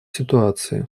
ситуации